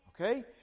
okay